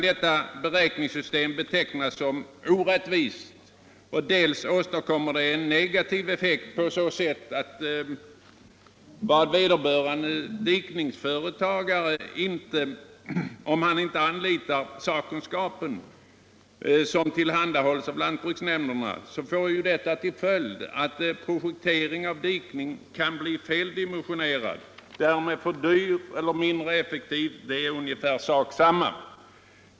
Detta beräkningssystem är orättvist och åstadkommer dessutom en negativ effekt därigenom att om vederbörande dikningsföretagare inte anlitar den sakkunskap som lantbruksnämnderna tillhandahåller, så kan dikningen bli feldimensionerad och därmed för dyr eller mindre effektiv. Det är ungefär samma sak.